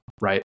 right